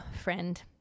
friend